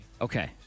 Okay